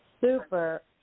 super